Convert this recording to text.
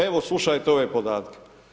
Evo slušajte ove podatke.